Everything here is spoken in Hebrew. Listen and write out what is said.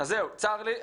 צר לי,